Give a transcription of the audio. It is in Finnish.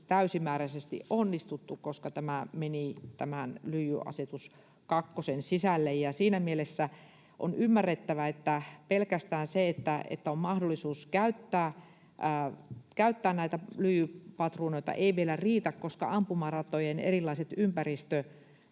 täysimääräisesti onnistuttu, koska tämä meni lyijyasetus kakkosen sisälle. Siinä mielessä on ymmärrettävää, että pelkästään se, että on mahdollisuus käyttää lyijypatruunoita, ei vielä riitä, koska ampumaratojen erilaiset ympäristölupiin